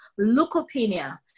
leukopenia